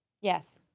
Yes